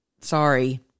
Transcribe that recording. Sorry